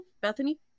Bethany